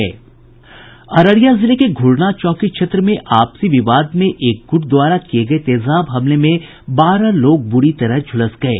अररिया जिले के घुरना चौकी क्षेत्र में आपसी विवाद में एक गुट द्वारा किये गये तेजाब हमले में बारह लोग बुरी तरह झुलस गये